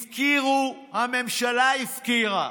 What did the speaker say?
הפקירו, הממשלה הפקירה